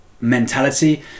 mentality